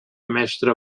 mestre